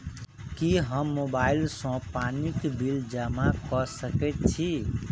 की हम मोबाइल सँ पानि बिल जमा कऽ सकैत छी?